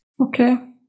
Okay